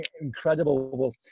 incredible